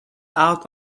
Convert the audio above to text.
out